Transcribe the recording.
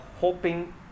hoping